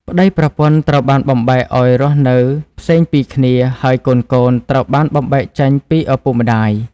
ប្តីប្រពន្ធត្រូវបានបំបែកឱ្យរស់នៅផ្សេងពីគ្នា ហើយកូនៗ ត្រូវបានបំបែកចេញពីឪពុកម្តាយ ។